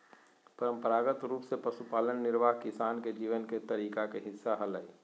परंपरागत रूप से पशुपालन निर्वाह किसान के जीवन के तरीका के हिस्सा हलय